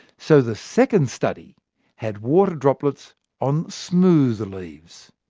so the second study had water droplets on smooth leaves.